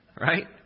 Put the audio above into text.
Right